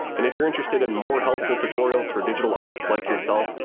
and if you're interested in more helpful tutorials for digital artists like yourself,